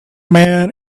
man